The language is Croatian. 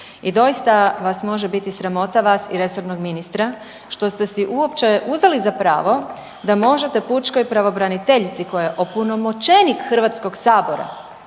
I doista vas može biti sramota vas i resornog ministra što ste si uopće uzeli za pravo da možete pučkoj pravobraniteljici koja je opunomoćenik Hrvatskog sabora